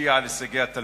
משפיע על הישגי התלמיד.